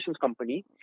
company